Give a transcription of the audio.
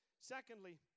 Secondly